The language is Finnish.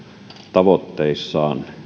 tavoitteissaan